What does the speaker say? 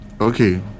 Okay